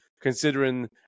considering